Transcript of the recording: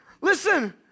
Listen